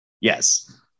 Yes